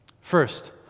First